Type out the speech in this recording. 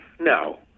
No